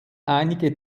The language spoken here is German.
einige